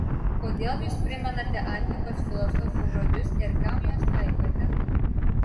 kodėl jūs primenate antikos filosofų žodžius ir kam juos taikote